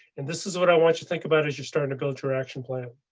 and this is what i want to think about is your starting to build your action plan.